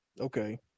Okay